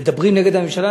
מדברים נגד הממשלה.